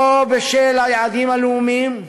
לא, בשל היעדים הלאומיים,